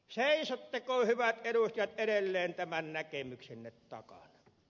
seisotteko hyvät edustajat edelleen tämän näkemyksenne takana